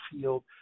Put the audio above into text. field